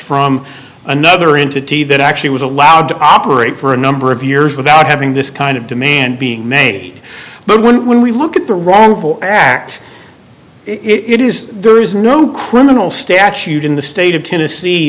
from another entity that actually was allowed to operate for a number of years without having this kind of demand being made but when we look at the wrongful act it is there is no criminal statute in the state of tennessee